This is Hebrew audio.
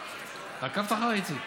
עקבת אחריי, איציק?